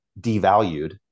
devalued